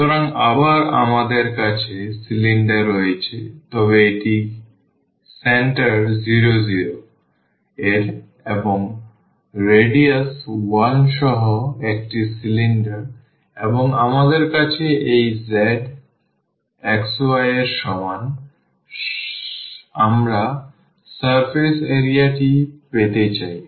সুতরাং আবার আমাদের কাছে সিলিন্ডার রয়েছে তবে এটি কেন্দ্র 0 0 এবংরেডিয়াস 1 সহ একটি সিলিন্ডার এবং আমাদের কাছে এই z xy এর সমান আমরা সারফেস এরিয়াটি পেতে চাই